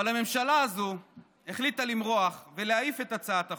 אבל הממשלה הזו החליטה למרוח ולהעיף את הצעת החוק.